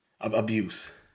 abuse